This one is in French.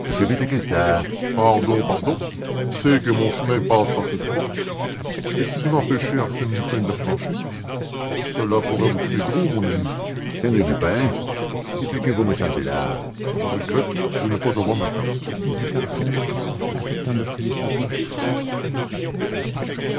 pardon pardon c'est que mon chemin passe par cette porte et si vous empêchez arsène lupin de la franchir cela pourrait vous coûter gros mon ami arsène lupin qu'est-ce que vous me chantez là je regrette de n'avoir pas ma carte dit arsène affectant de fouiller ses poches